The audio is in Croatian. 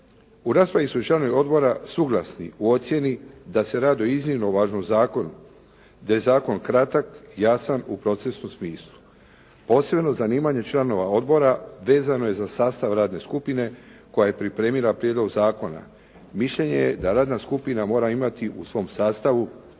U raspravi su članovi odbora suglasni u ocjeni da se radi o iznimno važnom zakonu, da je zakon kratak, jasan u procesnom smislu. Posebno zanimanje članova odbora vezano je za sastav radne skupine koja je pripremila prijedlog zakona. Mišljenje je da radna skupina mora imati u svom sastavu